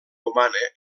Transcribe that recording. humana